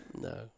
No